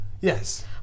Yes